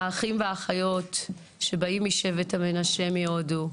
האחים והאחיות שבאים משבט המנשה מהודו,